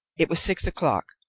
it was six o'clock.